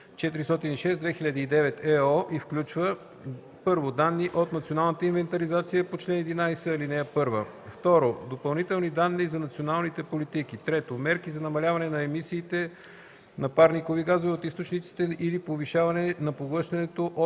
406/2009/ЕО и включва: 1. данни от националната инвентаризация по чл. 11, ал. 1; 2. допълнителни данни за националните политики; 3. мерки за намаляване емисиите на парникови газове от източниците или повишаване на поглъщането